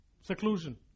seclusion